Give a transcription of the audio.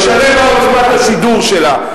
משנה מה עוצמת השידור שלה,